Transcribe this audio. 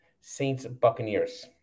Saints-Buccaneers